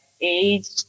age